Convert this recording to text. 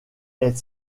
est